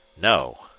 No